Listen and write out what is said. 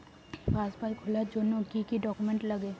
পাসবই খোলার জন্য কি কি ডকুমেন্টস লাগে?